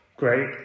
Great